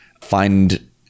find